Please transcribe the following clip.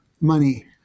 money